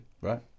right